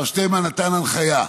הרב שטינמן נתן הנחיה,